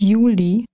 July